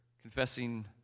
confessing